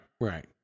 right